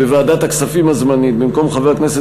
בוועדת הכספים הזמנית: במקום חבר הכנסת